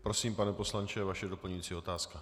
Prosím, pane poslanče, vaše doplňující otázka.